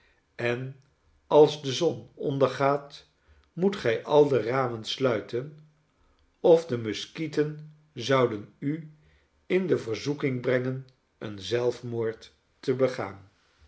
en als de zon ondergaat moet gij al de ramen sluiten of de muskieten zouden u in de verzoeking brengen een zelfmoord te begaan